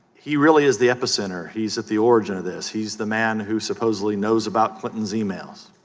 he really is the epicenter he's a fjord and of this he's the man who supposedly knows about but and is emails